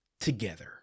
together